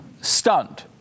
stunned